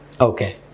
Okay